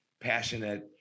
passionate